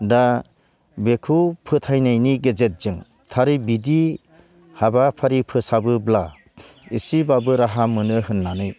दा बेखौ फोथायनायनि गेजेरजों थारै बिदि हाबाफारि फोसाबोब्ला इसेब्लाबो राहा मोनो होननानै